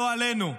לא עלינו.